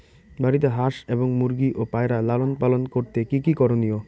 বাড়িতে হাঁস এবং মুরগি ও পায়রা লালন পালন করতে কী কী করণীয়?